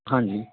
ਹਾਂਜੀ